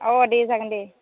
अ' दे जागोन दे